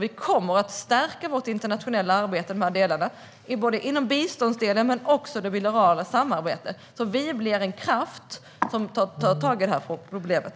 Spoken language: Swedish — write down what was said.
Vi kommer att stärka detta arbete, både inom biståndsdelen och inom det bilaterala samarbetet, så att vi blir en kraft som tar tag i problemet.